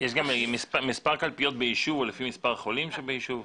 יש גם מספר קלפיות באישור לפי מספר חולים שבישוב?